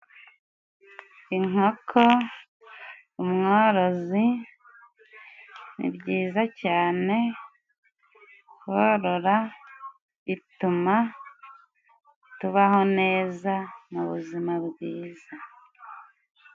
Inkoko, umworozi, ni byiza cyane korora bituma tubaho neza mu buzima bwiza.